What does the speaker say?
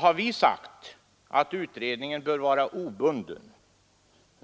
har vi sagt att utredningen bör vara obunden.